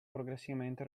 progressivamente